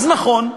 אז נכון,